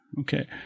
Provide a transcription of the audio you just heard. Okay